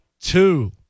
two